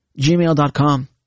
gmail.com